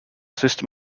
system